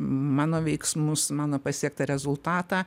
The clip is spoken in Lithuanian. mano veiksmus mano pasiektą rezultatą